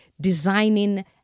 designing